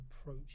approach